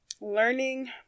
learning